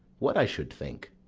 what i should think.